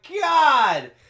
God